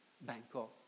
Bangkok